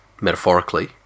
metaphorically